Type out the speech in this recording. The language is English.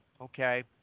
okay